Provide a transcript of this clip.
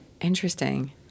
Interesting